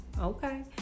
Okay